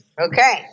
Okay